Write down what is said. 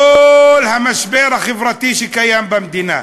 כל המשבר החברתי שקיים במדינה.